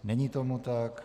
Není tomu tak.